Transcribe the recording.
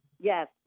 Yes